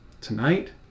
Tonight